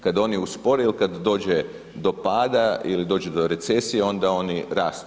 Kad oni uspore ili kad dođe do pada, ili dođe do recesije, onda oni rastu.